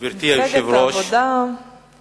מפלגת העבודה לא מדברת הפעם.